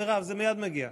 מירב, זה מייד מגיע.